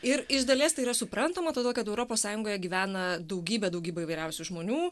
ir iš dalies tai yra suprantama todėl kad europos sąjungoje gyvena daugybė daugybė įvairiausių žmonių